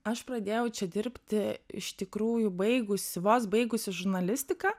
aš pradėjau čia dirbti iš tikrųjų baigusi vos baigusi žurnalistiką